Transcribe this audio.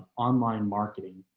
online marketing.